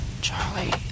Charlie